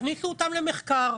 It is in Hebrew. תכניסו אותם למחקר.